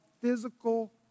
physical